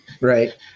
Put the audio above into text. Right